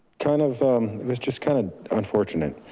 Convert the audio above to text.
kind of, it was just kind of unfortunate.